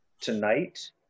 tonight